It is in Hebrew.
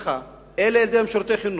אין להם שירותי רווחה,